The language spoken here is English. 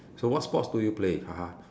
so what sports do you play haha